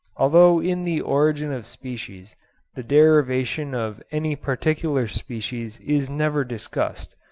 although in the origin of species the derivation of any particular species is never discussed,